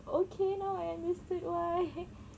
okay now I understood why